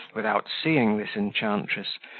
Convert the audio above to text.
without seeing this enchantress,